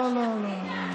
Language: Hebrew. לא, לא.